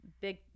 big